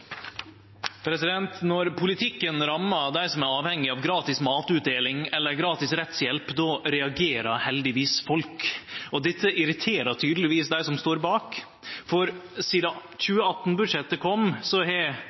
av gratis matutdeling eller gratis rettshjelp, reagerer heldigvis folk. Dette irriterer tydelegvis dei som står bak. Sidan 2018-budsjettet kom har